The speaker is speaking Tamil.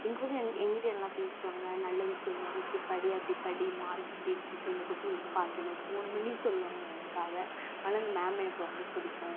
எங்கே பார்த்தாலும் எங் எங்கிட்டவும் எல்லாம் பேசுவாங்கள் நல்லதை சொல்லுவாங்க இப்படி படி அப்படி படி மார்க் இப்படி இருக்குது இந்த கொஷின் இம்பார்டண்ட் இதை ஃபோன் பண்ணி சொல்லுவாங்க எனக்காக அதனால அந்த மேமை எனக்கு ரொம்ப பிடிக்கும்